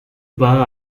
pas